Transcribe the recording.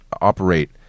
operate